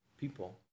people